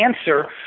answer